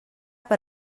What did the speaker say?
per